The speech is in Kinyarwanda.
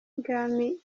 bwami